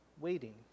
waiting